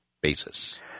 basis